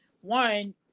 one